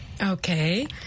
Okay